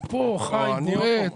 הוא פה חי ובועט.